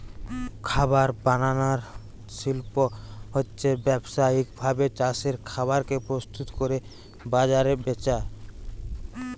খাবার বানানার শিল্প হচ্ছে ব্যাবসায়িক ভাবে চাষের খাবার কে প্রস্তুত কোরে বাজারে বেচা